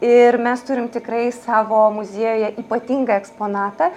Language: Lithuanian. ir mes turim tikrai savo muziejuje ypatingą eksponatą